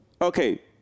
Okay